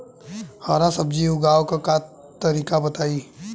हरा सब्जी उगाव का तरीका बताई?